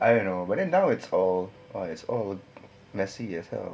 I don't know but then now it's all it's all over messy as hell